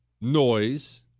noise